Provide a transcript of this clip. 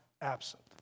absent